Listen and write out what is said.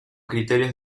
criterios